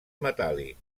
metàl·lic